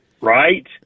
Right